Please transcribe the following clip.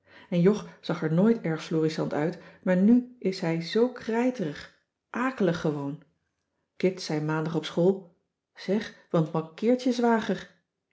en jog zag er nooit erg florissant uit maar nu is hij zoo krijterig akelig cissy van marxveldt de h b s tijd van joop ter heul gewoon kit zei maandag op school zeg wat mankeert je zwager